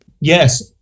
Yes